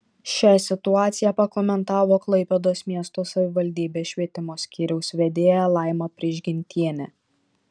šią situaciją pakomentavo klaipėdos miesto savivaldybės švietimo skyriaus vedėja laima prižgintienė